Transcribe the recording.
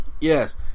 Yes